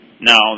No